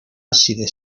ábside